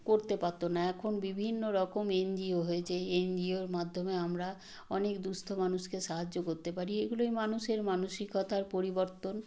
করতে পারতো না এখন বিভিন্ন রকম এন জি ও হয়েছে এন জি ওর মাধ্যমে আমরা অনেক দুঃস্থ মানুষকে সাহায্য করতে পারি এগুলোই মানুষের মানসিকতার পরিবর্তন